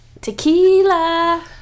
Tequila